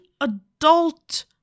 adult